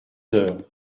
heures